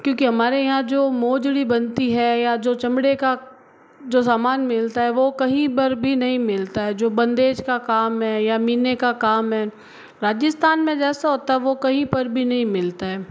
क्योंकि हमारे यहाँ जो मोजड़ी बनती है या जो चमड़े का जो समान मिलता है वह कहीं पर भी नहीं मिलता है जो बंदेज का काम है या मीने का काम है राजस्थान में जैसा होता है वो कहीं पर भी नहीं मिलता है